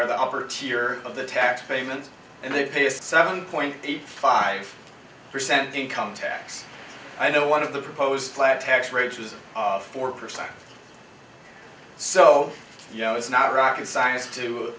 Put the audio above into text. are the upper tier of the tax payments and they pay a seven point eight five percent income tax i know one of the proposed flat tax rates was four percent so you know it's not rocket science to